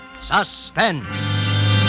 Suspense